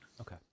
Okay